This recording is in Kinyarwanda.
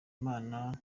imana